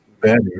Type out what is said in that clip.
better